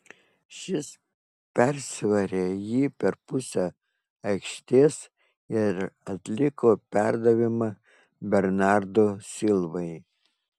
šis persivarė jį per pusę aikštės ir atliko perdavimą bernardo silvai